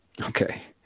Okay